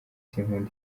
sinkunda